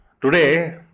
today